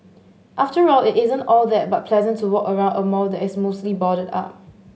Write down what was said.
after all it isn't at all that but pleasant to walk around a mall that is mostly boarded up